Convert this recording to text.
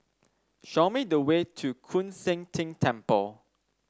show me the way to Koon Seng Ting Temple